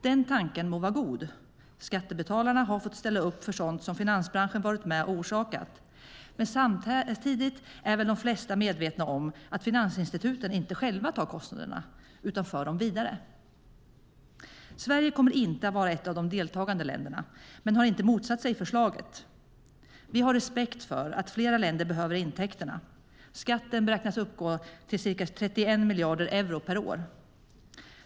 Den tanken må vara god - skattebetalarna har fått ställa upp för sådant som finansbranschen varit med och orsakat - men samtidigt är väl de flesta medvetna om att finansinstituten inte själva tar kostnaderna utan för dem vidare. Sverige kommer inte att vara ett av de deltagande länderna men har inte motsatt sig förslaget. Vi har respekt för att flera länder behöver intäkterna. Skatten beräknas uppgå till ca 31 miljarder euro per år.